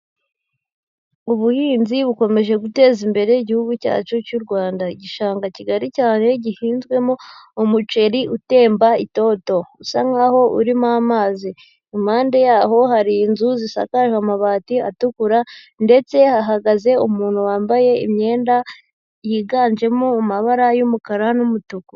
Ubuhinzi bukomeje guteza imbere igihugu cyacu cy'u Rwanda. Igishanga kigari cyane gihinzwemo umuceri utemba itoto usa nkaho urimo amazi. Impande yaho hari inzu zisakaje amabati atukura ndetse hahagaze umuntu wambaye imyenda yiganjemo amabara y'umukara n'umutuku.